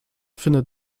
findet